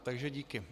Takže díky.